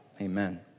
Amen